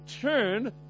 turn